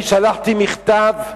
אני שלחתי מכתב,